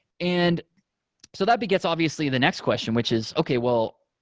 and so that begets obviously the next question, which is, okay. well,